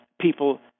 people